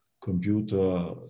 computer